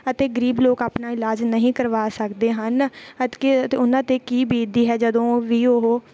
ਅਤੇ ਗਰੀਬ ਲੋਕ ਆਪਣਾ ਇਲਾਜ ਨਹੀਂ ਕਰਵਾ ਸਕਦੇ ਹਨ ਅਤੇ ਉਹਨਾਂ 'ਤੇ ਕੀ ਬੀਤਦੀ ਹੈ ਜਦੋਂ ਉਹ ਵੀ ਉਹ